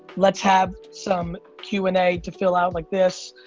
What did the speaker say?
let's have some q and a to fill out like this.